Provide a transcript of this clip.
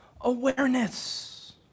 awareness